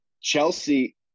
Chelsea